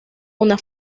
una